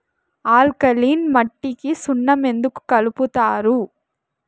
alkaline మట్టికి సున్నం ఎందుకు కలుపుతారు